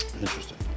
Interesting